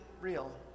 real